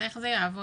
אבל איך זה יעבוד?